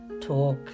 Talk